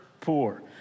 poor